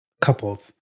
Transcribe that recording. couples